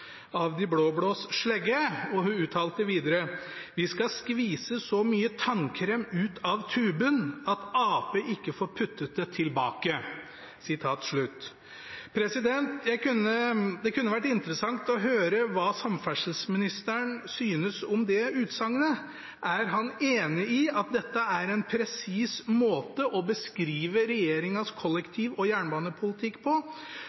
av de blå-blås slegge. Hun uttalte videre: «Vi skal skvise så mye tannkrem ut av tuben at Ap ikke får puttet det tilbake.» Det kunne vært interessant å høre hva samferdselsministeren synes om det utsagnet. Er han enig i at dette er en presis måte å beskrive regjeringens kollektiv- og jernbanepolitikk på?